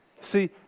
See